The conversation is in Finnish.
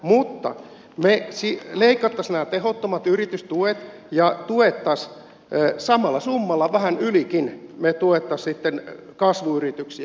me leikkaisimme nämä tehottomat yritystuet ja tukisimme samalla summalla vähän ylikin kasvuyrityksiä